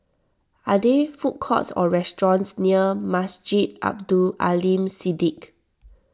are there food courts or restaurants near Masjid Abdul Aleem Siddique